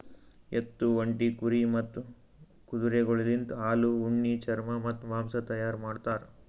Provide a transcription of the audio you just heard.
ಎತ್ತು, ಒಂಟಿ, ಕುರಿ ಮತ್ತ್ ಕುದುರೆಗೊಳಲಿಂತ್ ಹಾಲು, ಉಣ್ಣಿ, ಚರ್ಮ ಮತ್ತ್ ಮಾಂಸ ತೈಯಾರ್ ಮಾಡ್ತಾರ್